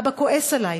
ואבא כועס עלי,